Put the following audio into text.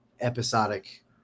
episodic